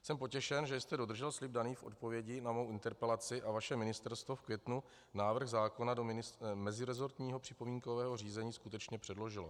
Jsem potěšen, že jste dodržel slib daný v odpovědi na mou interpelaci a vaše Ministerstvo v květnu návrh zákona do meziresortního připomínkového řízení skutečně předložilo.